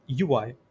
UI